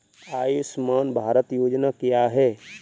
आयुष्मान भारत योजना क्या है?